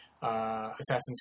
Assassin's